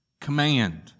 command